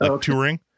touring